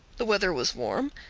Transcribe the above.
the weather was warm.